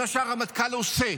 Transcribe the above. מה שהרמטכ"ל עושה,